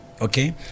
okay